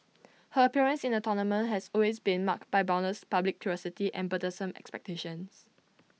her appearance in the tournament has always been marked by boundless public curiosity and burdensome expectations